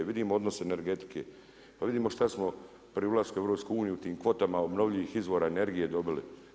Vidimo odnos energetike, pa vidimo šta smo pri ulasku u EU tim kvotama obnovljivih izvora energije dobili.